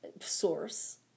source